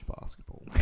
basketball